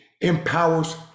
empowers